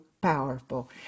powerful